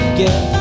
get